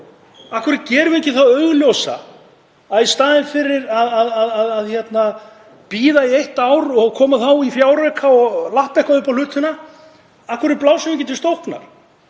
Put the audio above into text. hverju gerum við ekki það augljósa, að í staðinn fyrir að bíða í eitt ár og koma þá í fjárauka og lappa eitthvað upp á hlutina blásum við til sóknar?